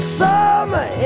summer